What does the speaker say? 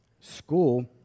school